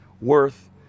worth